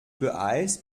beeilst